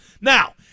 Now